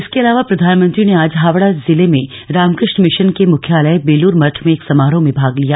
इसके अलावा प्रधानमंत्री ने आज हावड़ा जिले में रामकृष्ण मिशन के मुख्यालय बेलूर मठ में एक समारोह में भाग लिया